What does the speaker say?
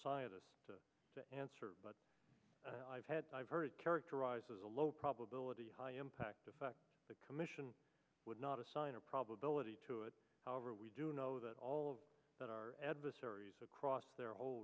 scientists to answer but i've had i've heard characterized as a low probability high impact of the commission would not assign a probability to it however we do know that all of our adversaries across their whole